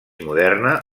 moderna